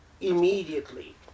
immediately